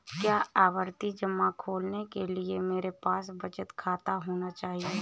क्या आवर्ती जमा खोलने के लिए मेरे पास बचत खाता होना चाहिए?